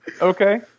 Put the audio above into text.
Okay